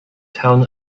town